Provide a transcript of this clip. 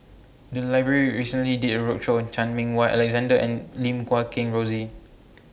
The Library recently did A roadshow on Chan Meng Wah Alexander and Lim Guat Kheng Rosie